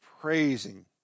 praising